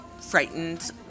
frightened